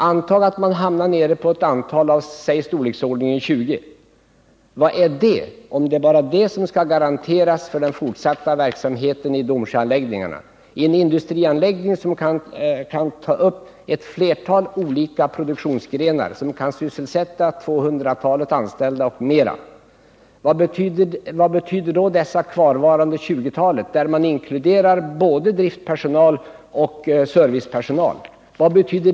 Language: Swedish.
Antag att man hamnar på en kvantitet som kan sysselsätta ca 20 personer. Vad betyder Nr 31 att upprätthålla sysselsättningen i en industrianläggning som kan ta upp ett 13 november 1978 flertal olika produktionsgrenar och som kan sysselsätta 200 personer eller mer?